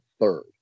third